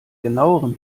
genauerem